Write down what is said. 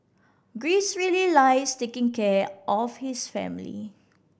Greece really likes taking care of his family